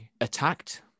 attacked